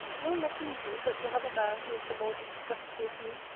will nothing do, but to have a man who is the more disgustful to me,